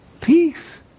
peace